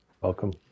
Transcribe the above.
Welcome